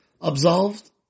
absolved